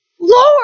Lord